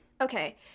Okay